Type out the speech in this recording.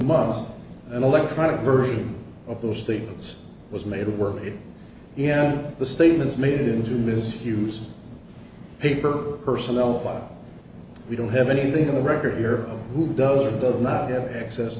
months and electronic version of those statements was made to work on the statements made into misuse paper personnel file we don't have anything on the record here who does or does not have access